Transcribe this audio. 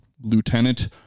Lieutenant